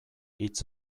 hitz